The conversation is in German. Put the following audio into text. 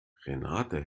renate